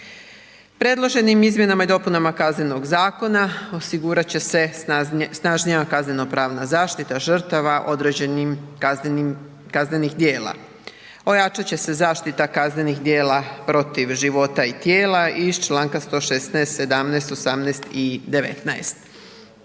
Predloženim izmjenama i dopunama Kaznenog zakona osigurat će se snažnija kaznenopravna zaštita žrtava određenim kaznenih djela, ojačat će se zaštita kaznenih djela protiv života i tijela iz članka 116., 117., 118. i 119.